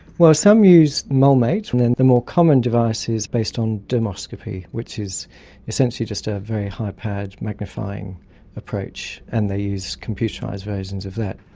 well some use molemate and then the more common device is based on dermoscopy, which is essentially just a very high-powered magnifying approach and they use computerised versions of that.